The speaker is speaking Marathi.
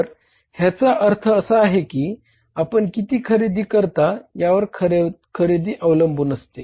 तर याचा अर्थ असा आहे की आपण किती खरेदी करता यावर खरेदी अवलंबून असते